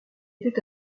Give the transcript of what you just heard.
était